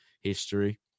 history